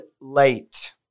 late